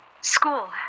school